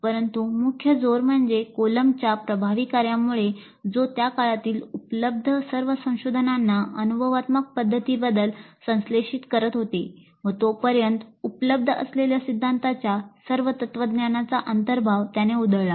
परंतु मुख्य जोर म्हणजे कोलंबच्या प्रभावी कार्यामुळे जो त्या काळातील उपलब्ध सर्व संशोधनांना अनुभवात्मक पध्दतींबद्दल संश्लेषित करत होते व तोपर्यंत उपलब्ध असलेल्या सिद्धांतांच्या सर्व तत्वज्ञानाचा अंतर्भाव त्याने उधळला